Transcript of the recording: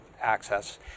access